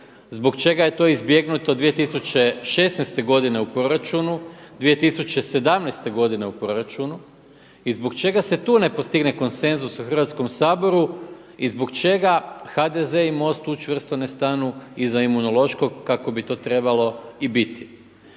Zbog čega je to izbjegnuto 2016. godine u proračunu? 2017. godine u proračunu? I zbog čega se tu ne postigne konsenzus u Hrvatskom saboru? I zbog čega HDZ i MOST tu čvrsto ne stanu iza Imunološkog kako bi to trebalo i biti?